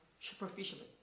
superficially